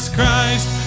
Christ